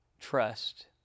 trust